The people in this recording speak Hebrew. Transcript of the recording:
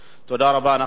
אנחנו עוברים לסדר-היום.